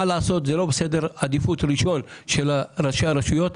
מה לעשות אבל זה לא בסדר עדיפות ראשון של ראשי הרשויות.